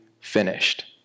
finished